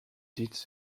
did